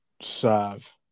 serve